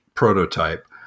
prototype